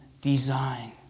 design